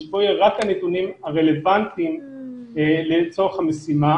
שבו יהיו רק הנתונים הרלוונטיים לצורך המשימה.